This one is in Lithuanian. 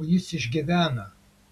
o jis išgyvena